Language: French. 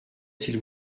s’il